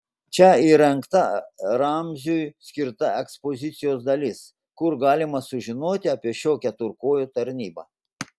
čia įrengta ramziui skirta ekspozicijos dalis kur galima sužinoti apie šio keturkojo tarnybą